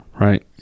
Right